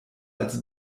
als